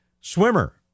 swimmer